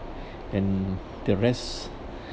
and the rest